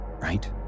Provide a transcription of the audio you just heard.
Right